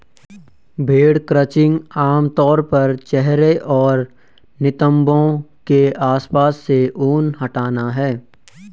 भेड़ क्रचिंग आम तौर पर चेहरे और नितंबों के आसपास से ऊन हटाना है